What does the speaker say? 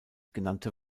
genannte